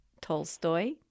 Tolstoy